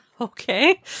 Okay